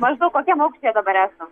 maždaug kokiam aukštyje dabar esam